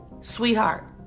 Sweetheart